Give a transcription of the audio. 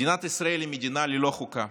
מדינת ישראל היא מדינה ללא חוקה,